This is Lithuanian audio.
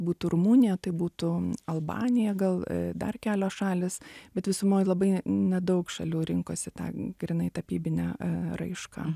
būtų rumunija tai būtų albanija gal dar kelios šalys bet visumoj labai nedaug šalių rinkosi tą grynai tapybinę raišką